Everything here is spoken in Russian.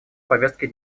повестке